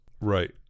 Right